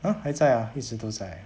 uh 还在 ah 一直都在